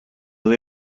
they